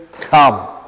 come